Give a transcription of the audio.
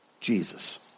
Jesus